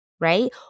right